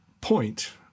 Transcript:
point